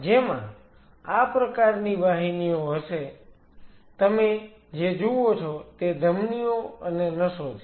જેમાં આ પ્રકારની વાહીનીઓ હશે તમે જે જુઓ છો તે ધમનીઓ અને નસો છે